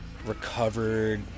Recovered